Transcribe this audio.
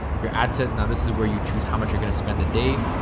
your ad set. now this is where you choose how much you're going to spend a day.